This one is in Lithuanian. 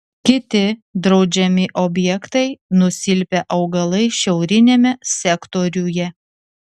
kiti draudžiami objektai nusilpę augalai šiauriniame sektoriuje